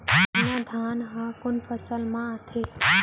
सरना धान ह कोन फसल में आथे?